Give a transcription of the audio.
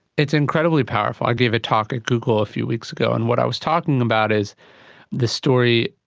it's incredibly powerful. i gave a talk at google a few weeks ago, and what i was talking about is this story,